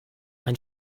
ein